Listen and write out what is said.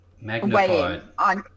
magnified